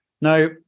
Now